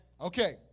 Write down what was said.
Okay